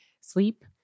sleep